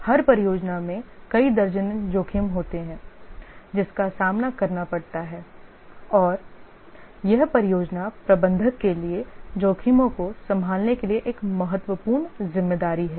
हर परियोजना में कई दर्जनों जोखिम होते हैं जिसका सामना करना पड़ता है और यह परियोजना प्रबंधक के लिए जोखिमों को संभालने के लिए एक महत्वपूर्ण ज़िम्मेदारी है